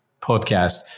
podcast